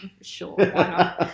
Sure